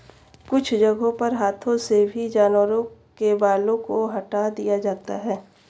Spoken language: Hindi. कुछ जगहों पर हाथों से भी जानवरों के बालों को हटा दिया जाता है